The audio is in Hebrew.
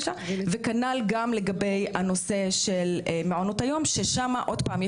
וכנ"ל גם לגבי הנושא של מעונות היום שיש שמה עוד פעם,